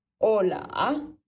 Hola